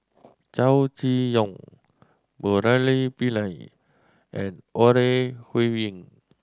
Chow Chee Yong Murali Pillai and Ore Huiying